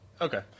okay